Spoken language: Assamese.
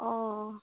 অ' অ'